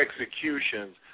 executions